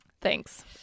Thanks